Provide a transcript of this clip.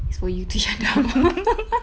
is for you to shut up